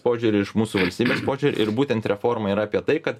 požiūrį iš mūsų valstybės požiūrį ir būtent reforma yra apie tai kad